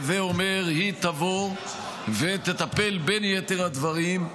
הווה אומר, היא תבוא ותטפל, בין יתר הדברים,